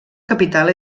capital